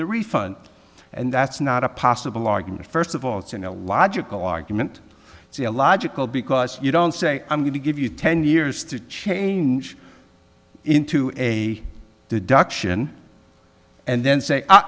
the refund and that's not a possible argument first of all it's in a logical argument see a logical because you don't say i'm going to give you ten years to change into a deduction and then say